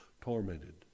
tormented